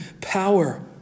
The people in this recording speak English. power